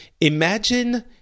imagine